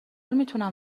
میتونم